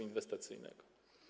inwestycyjnego.